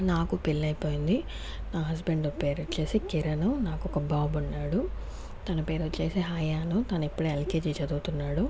నాకు పెళ్లైపోయింది నా హస్బెండ్ పేరొచ్చేసి కిరణు నాకొక బాబు ఉన్నాడు తన పేరొచ్చేసి హయాను తను ఇప్పుడే ఎల్కెజి చదువుతున్నాడు